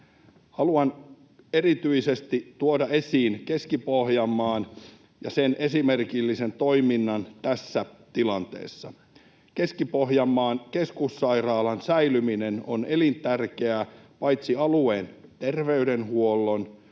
Haluan erityisesti tuoda esiin Keski-Pohjanmaan ja sen esimerkillisen toiminnan tässä tilanteessa. Keski-Pohjanmaan keskussairaalan säilyminen on elintärkeää paitsi alueen terveydenhuollon